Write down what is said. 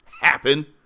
happen